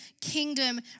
kingdom